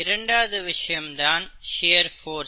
இரண்டாவது விஷயம் தான் ஷியர் போர்ஸ்